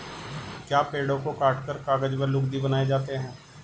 क्या पेड़ों को काटकर कागज व लुगदी बनाए जाते हैं?